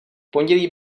pondělí